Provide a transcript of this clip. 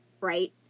right